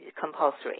compulsory